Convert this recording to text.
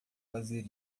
fazer